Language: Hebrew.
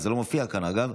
נתקבלה.